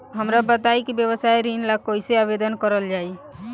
हमरा बताई कि व्यवसाय ऋण ला कइसे आवेदन करल जाई?